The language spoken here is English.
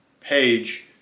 page